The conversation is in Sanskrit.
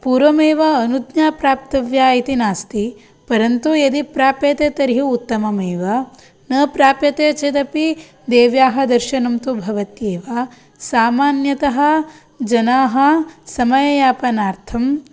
पूर्वमेव अनुज्ञा प्राप्तव्या इति नास्ति परन्तु यदि प्राप्यते तर्हि उत्तममेव न प्राप्यते चेदपि देव्याः दर्शनं तु भवत्येव समान्यतः जनाः समययापनार्थं